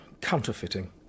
Counterfeiting